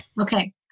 Okay